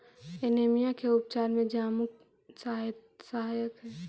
anaemia के उपचार में जामुन सहायक हई